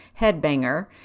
headbanger